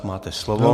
Máte slovo.